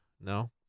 No